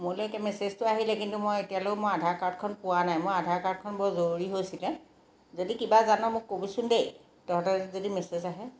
মোলৈকে মেছেজটো আহিলে কিন্তু মই এতিয়ালৈও মই আধাৰ কাৰ্ডখন পোৱা নাই মই আধাৰ কাৰ্ডখন বৰ জৰুৰী হৈছিলে যদি কিবা জান মোক ক'বিচোন দেই তহঁতলৈ যদি মেছেজ আহে